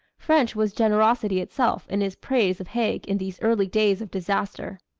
french was generosity itself in his praise of haig in these early days of disaster.